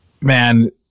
man